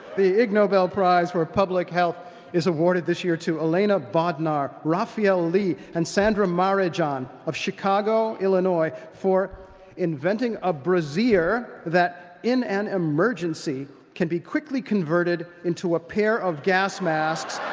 the ig nobel prize for public health is awarded this year to elena bodnar, raphael lee and sandra marajan of chicago, illinois, for inventing a brassiere that in an emergency can be quickly converted into a pair of gas masks,